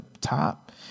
top